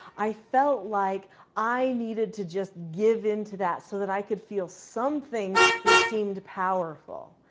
i felt like i needed to just give in to that so that i could feel something that seemed powerful.